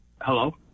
Hello